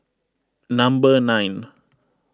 number nine